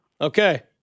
Okay